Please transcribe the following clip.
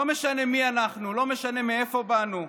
לא משנה מי אנחנו, לא משנה מאיפה באנו.